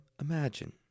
Imagine